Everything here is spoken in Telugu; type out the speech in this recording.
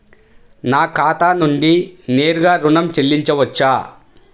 నా ఖాతా నుండి నేరుగా ఋణం చెల్లించవచ్చా?